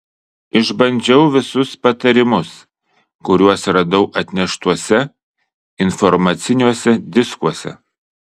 išbandžiau visus patarimus kuriuos radau atneštuose informaciniuose diskuose